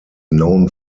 known